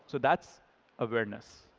so that's awareness.